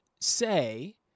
say